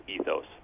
ethos